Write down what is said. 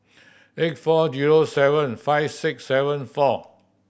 eight four zero seven five six seven four